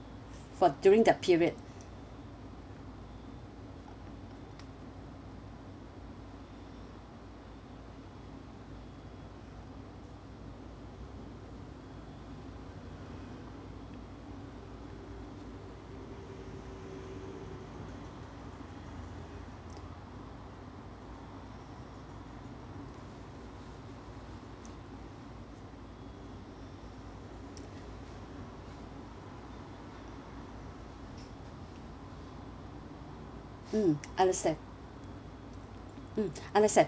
for during that period mm understand mm understand